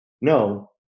No